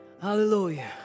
Hallelujah